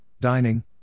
dining